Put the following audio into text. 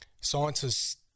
scientists